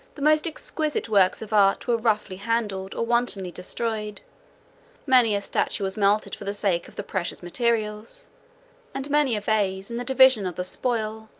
the most exquisite works of art were roughly handled, or wantonly destroyed many a statue was melted for the sake of the precious materials and many a vase, in the division of the spoil,